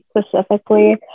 specifically